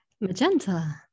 Magenta